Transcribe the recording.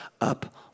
up